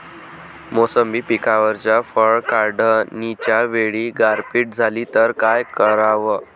मोसंबी पिकावरच्या फळं काढनीच्या वेळी गारपीट झाली त काय कराव?